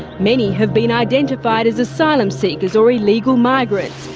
many have been identified as asylum seekers or illegal migrants,